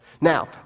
Now